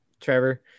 Trevor